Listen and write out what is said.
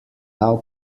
now